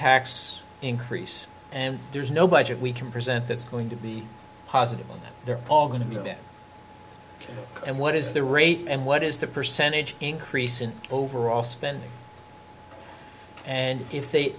tax increase and there's no budget we can present that's going to be positive they're all going to be in and what is the rate and what is the percentage increase in overall spending and if they